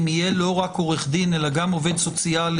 יהיה לא רק עורך דין אלא גם עובד סוציאלי,